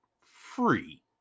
free